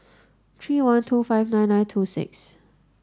three one two five nine nine two six